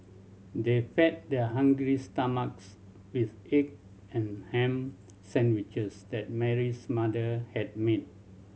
they fed their hungry stomachs with egg and ham sandwiches that Mary's mother had made